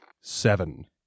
Seven